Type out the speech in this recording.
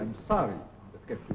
i'm sorry i